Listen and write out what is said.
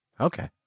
Okay